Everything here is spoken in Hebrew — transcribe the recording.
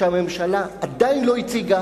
שהממשלה עדיין לא הציגה.